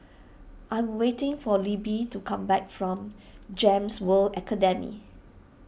I'm waiting for Libbie to come back from Gems World Academy